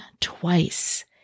twice